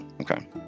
okay